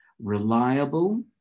reliable